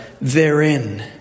therein